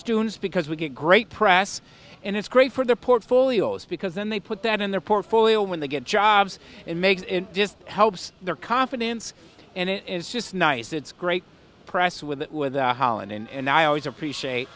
students because we get great press and it's great for the portfolios because then they put that in their portfolio when they get jobs it makes it just helps their confidence and it is just nice it's great press with it without holland and i always appreciate